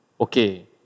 okay